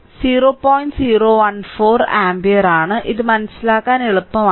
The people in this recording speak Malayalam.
014 ആമ്പിയർ ആണ് ഇത് മനസിലാക്കാൻ എളുപ്പമാണ്